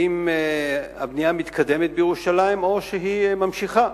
אם הבנייה מתקדמת בירושלים או שהיא ממשיכה